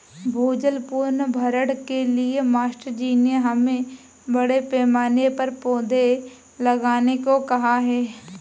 भूजल पुनर्भरण के लिए मास्टर जी ने हमें बड़े पैमाने पर पौधे लगाने को कहा है